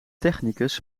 technicus